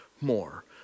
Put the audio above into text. more